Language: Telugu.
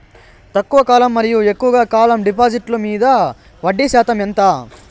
తక్కువ కాలం మరియు ఎక్కువగా కాలం డిపాజిట్లు మీద వడ్డీ శాతం ఎంత?